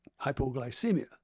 hypoglycemia